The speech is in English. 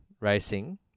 Racing